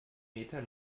meter